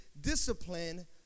discipline